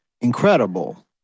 Incredible